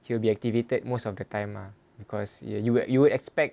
he'll be activated most of the time lah because ya you would you would expect